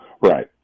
Right